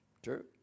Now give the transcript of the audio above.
True